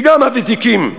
וגם מהוותיקים,